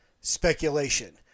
speculation